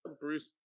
Bruce